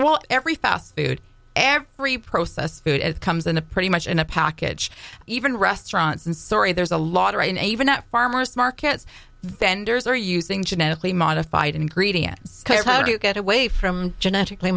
well every fast food every processed food as comes in a pretty much in a package even restaurants i'm sorry there's a lot of it and even at farmers markets vendors are using genetically modified ingredients to get away from genetically